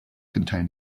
contain